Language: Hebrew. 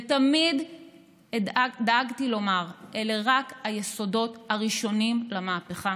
ותמיד דאגתי לומר שאלה רק היסודות הראשונים למהפכה